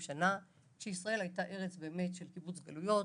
שנה כשישראל הייתה ארץ של קיבוץ גלויות.